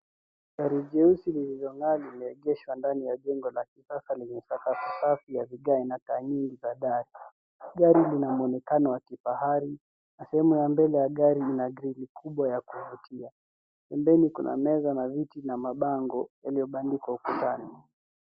Gari jeusi lililong'aa limeegeshwa ndani ya jengo la kisasa lenye sakafu ya vigae na taa nyingi za dari. Gari lina mwonekano wa kifahari na sehemu ya mbele ya gari ina grili kubwa ya kuvutia. Pembeni kuna meza na viti na mabango yaliyobandikwa ukutani.